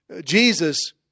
Jesus